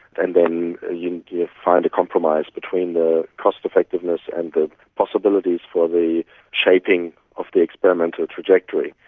and then you yeah find a compromise between the cost effectiveness and the possibilities for the shaping of the experimental trajectory.